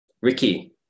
Ricky